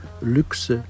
luxe